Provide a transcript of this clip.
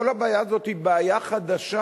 כל הבעיה הזאת היא בעיה חדשה.